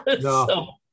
no